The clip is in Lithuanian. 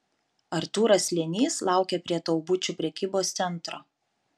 artūras slėnys laukė prie taubučių prekybos centro